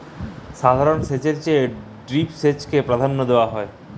সাধারণ সেচের চেয়ে ড্রিপ সেচকে প্রাধান্য দেওয়া হয়